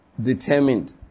determined